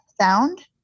sound